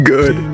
Good